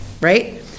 right